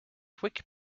quick